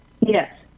Yes